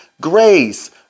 grace